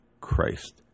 Christ